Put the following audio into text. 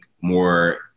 more